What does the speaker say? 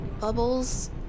Bubbles